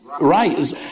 right